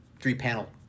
three-panel –